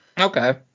okay